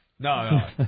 No